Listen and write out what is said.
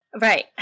Right